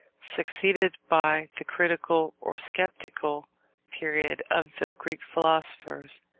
succeeded by the critical or sceptical period of the greek philosophers.